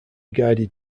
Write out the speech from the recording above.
guided